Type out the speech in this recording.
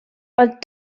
ond